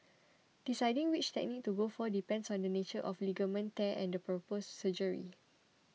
deciding which technique to go for depends on the nature of ligament tear and the proposed surgery